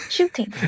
Shooting